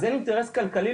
אז אין אינטרס כלכלי,